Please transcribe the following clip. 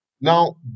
Now